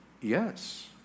Yes